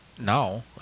now